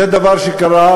זה דבר שקרה,